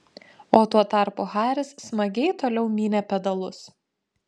o tuo tarpu haris smagiai toliau mynė pedalus